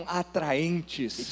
atraentes